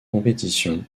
compétition